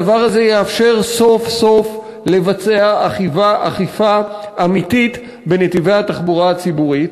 הדבר הזה יאפשר סוף-סוף לבצע אכיפה אמיתית בנתיבי התחבורה הציבורית,